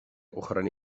ochrany